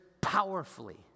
powerfully